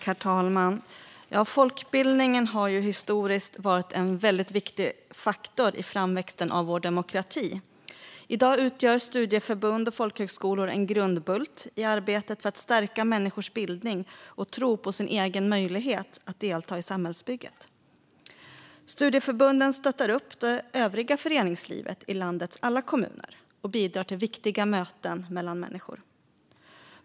Herr talman! Folkbildningen har historiskt varit en väldigt viktig faktor i framväxten av vår demokrati. I dag utgör studieförbund och folkhögskolor en grundbult i arbetet för att stärka människors bildning och tro på sin egen möjlighet att delta i samhällsbygget. Studieförbunden stöttar upp det övriga föreningslivet i landets alla kommuner och bidrar till viktiga möten mellan människor.